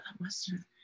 Western